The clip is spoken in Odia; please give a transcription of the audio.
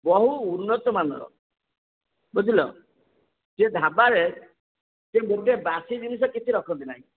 ବହୁ ଉନ୍ନତମାନର ବୁଝିଲ ସେ ଢାବାରେ ସେ ମୋଟେ ବାସି ଜିନିଷ କିଛି ରଖନ୍ତି ନାହିଁ